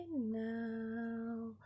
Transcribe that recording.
now